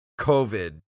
COVID